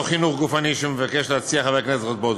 חינוך גופני שמציע חבר הכנסת רזבוזוב.